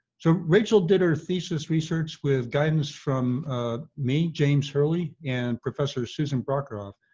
so rachel did her thesis research with guidance from me, james hurley, and professor susan prokhorov.